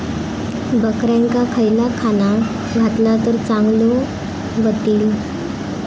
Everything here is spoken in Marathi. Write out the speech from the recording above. बकऱ्यांका खयला खाणा घातला तर चांगल्यो व्हतील?